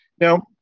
Now